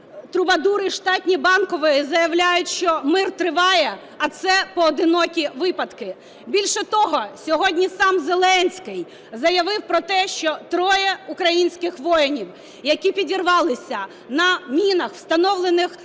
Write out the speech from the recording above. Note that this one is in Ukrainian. "трубадури штатні Банкової" заявляють, що мир триває, а це поодинокі випадки. Більш того, сьогодні сам Зеленський заявив про те, що троє українських воїнів, які підірвалися на мінах, встановлених